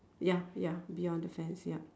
ya ya bee on the fence ya